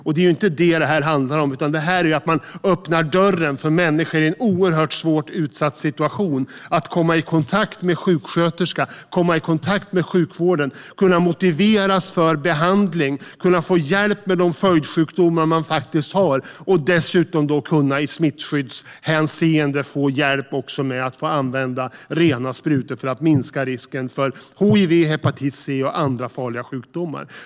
Men det är inte det som det handlar om, utan det handlar om att man öppnar dörren för människor i en oerhört svårt utsatt situation så att de kan komma i kontakt med en sjuksköterska och sjukvården, motiveras för behandling, få hjälp med de följdsjukdomar de har och dessutom i smittskyddshänseende också få hjälp att använda rena sprutor för att minska risken för hiv, hepatit C och andra farliga sjukdomar.